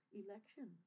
election